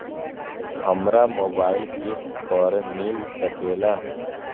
हमरा मोबाइल किस्त पर मिल सकेला?